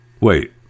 Wait